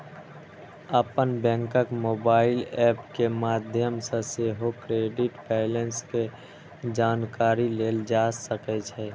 अपन बैंकक mobile app के माध्यम सं सेहो क्रेडिट बैंलेंस के जानकारी लेल जा सकै छै